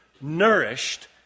nourished